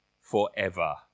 forever